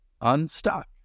unstuck